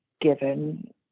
given